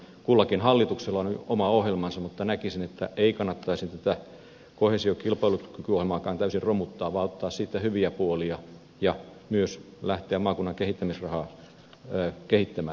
kullakin hallituksella on oma ohjelmansa mutta näkisin että ei kannattaisi tätä koheesio ja kilpailukykyohjelmaakaan täysin romuttaa vaan kannattaisi ottaa siitä hyviä puolia ja myös lähteä maakunnan kehittämisrahaa kehittämään